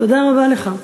תודה רבה לך.